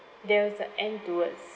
there is a end towards